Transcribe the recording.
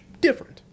different